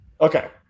Okay